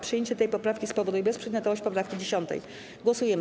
Przyjęcie tej poprawki spowoduje bezprzedmiotowość poprawki 10. Głosujemy.